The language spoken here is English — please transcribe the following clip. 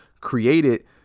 created